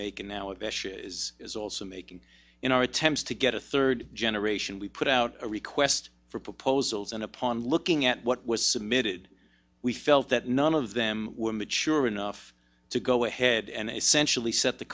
make and now it is also making in our attempts to get a third generation we put out a request for proposals and upon looking at what was submitted we felt that none of them were mature enough to go ahead and essentially set the